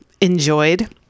enjoyed